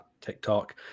TikTok